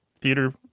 theater